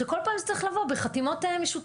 שכל פעם זה צריך לבוא בחתימות משותפות,